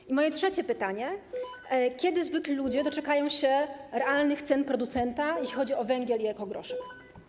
I moje trzecie pytanie: Kiedy zwykli ludzie doczekają się realnych cen u producenta, jeśli chodzi o węgiel i ekogroszek?